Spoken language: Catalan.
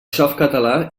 softcatalà